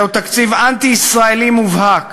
זהו תקציב אנטי-ישראלי מובהק,